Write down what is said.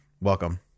Welcome